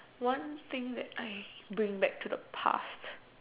one thing that I bring back to the past